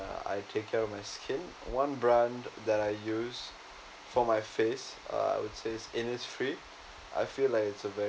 I take care of my skin one brand that I use for my face uh I would say innisfree I feel like it's a very